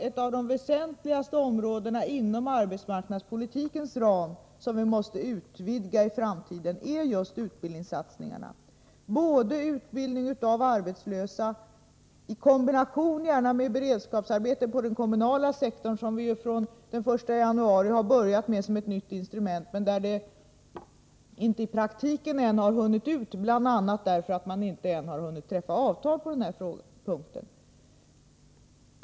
Ett av de väsentligaste områden inom arbetsmarknadspolitikens ram som vi måste utvidga i framtiden är just utbildningssatsningarna — utbildning av arbetslösa i kombination med beredskapsarbete på den kommunala sektorn. Denna form av utbildning har vi infört från den 1 januari som ett nytt instrument, men den har ännu inte börjat tillämpas i praktiken, bl.a. därför att avtal ännu inte träffats på den punkten.